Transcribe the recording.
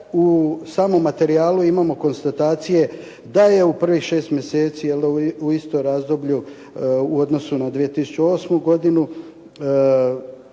u samom materijalu imamo konstatacije da je u prvih 6 mjeseci u istom razdoblju u odnosu na 2008. godinu